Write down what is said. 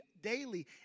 daily